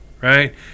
right